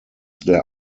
der